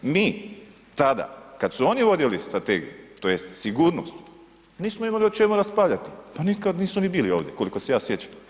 Mi tada kada su oni vodili Strategiju, tj. sigurnost nismo imali o čemu raspravljati, pa nikad nisu ni bili ovdje, koliko se ja sjećam.